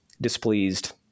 displeased